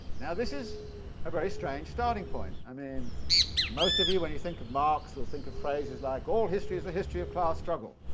now, this is a very strange starting point. i mean most of you, when you think of marx, will think of phrases like all history is the history of class struggle.